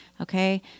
Okay